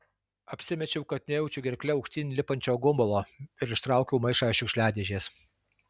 apsimečiau kad nejaučiu gerkle aukštyn lipančio gumulo ir ištraukiau maišą iš šiukšliadėžės